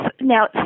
Now